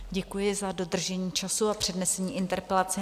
Děkuji za dodržení času a přednesení interpelace.